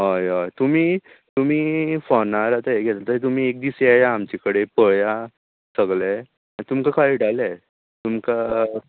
हय अय तुमी तुमी फोनार आतां घेता ते तुमी एक दीस येया आमचे कडेन पया सगळें मागीर तुमकां कळटलें तुमकां